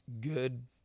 good